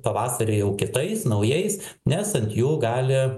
pavasarį jau kitais naujais nes ant jų gali